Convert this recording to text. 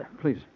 please